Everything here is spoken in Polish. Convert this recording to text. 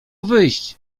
wyjść